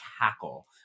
cackle